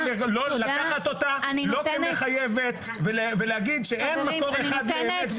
לא לקחת אותה כמחייבת ולהגיד שאין מקור אחד לאמת,